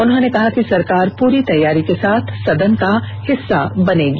उन्होंने कहा कि सरकार पूरी तैयारी के साथ सदन का हिस्सा बनेगी